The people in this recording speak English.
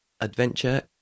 Adventure